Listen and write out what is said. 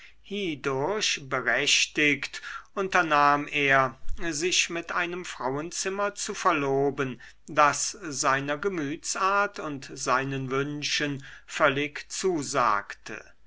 berechtigt unternahm er sich mit einem frauenzimmer zu verloben das seiner gemütsart und seinen wünschen völlig zusagte